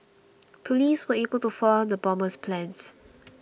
police were able to foil the bomber's plans